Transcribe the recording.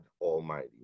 Almighty